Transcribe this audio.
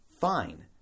fine